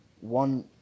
one